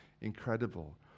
incredible